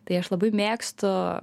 tai aš labai mėgstu